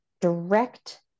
direct